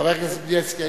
חבר הכנסת בילסקי,